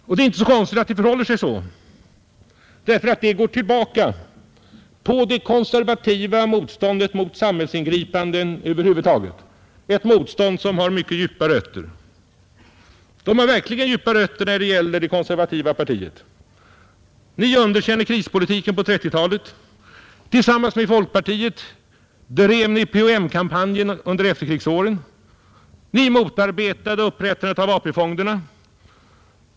Och det är inte så konstigt att det förhåller sig så, därför att det går tillbaka på det konservativa motståndet mot samhällsingripanden över huvud taget, ett motstånd som har mycket djupa rötter. Det har verkligen djupa rötter när det gäller det konservativa partiet. Ni underkände krispolitiken på 1930-talet. Tillsammans med folkpartiet drev ni PHM-kampanjerna under efterkrigsåren. Ni motarbetade upprättandet av AP-fonderna.